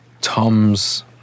Tom's